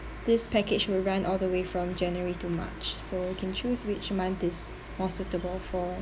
this package will run all the way from january to march so can choose which month is more suitable for